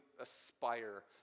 aspire